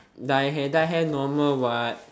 dye hair dye hair normal what